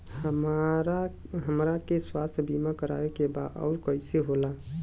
हमरा के स्वास्थ्य बीमा कराए के बा उ कईसे होला?